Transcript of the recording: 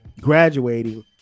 graduating